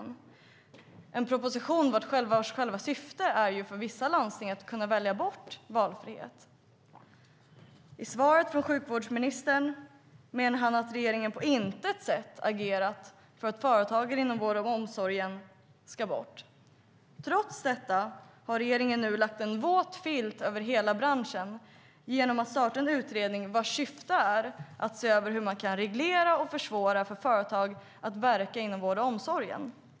Det var en proposition vars syfte för vissa landsting är att kunna välja bort valfrihet. Sjukvårdsministern menade i sitt svar att regeringen på intet sätt agerat för att företag inom vården och omsorgen ska bort. Trots detta har regeringen lagt en våt filt över hela branschen genom att starta en utredning vars syfte är att se över hur man kan reglera och försvåra för företag att verka inom vården och omsorgen.